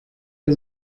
der